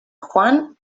juan